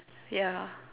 ya